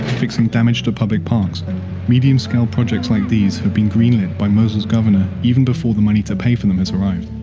fixing damage to public parks medium-scale projects like this have been greenlit by mosul's governor, even before the money to pay for them has arrived.